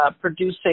producing